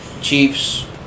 Chiefs